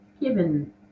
given